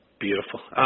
beautiful